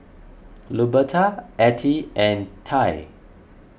Luberta Attie and Ty